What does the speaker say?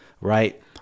right